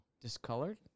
Discolored